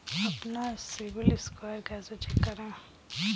अपना सिबिल स्कोर कैसे चेक करें?